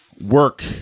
work